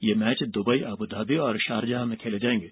ये match Dubai Abu Dhabi और Sharjah में खेले जाएंगे